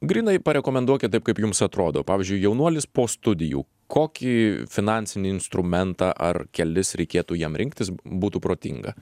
grynai parekomenduokit taip kaip jums atrodo pavyzdžiui jaunuolis po studijų kokį finansinį instrumentą ar kelis reikėtų jam rinktis būtų protinga